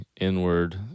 inward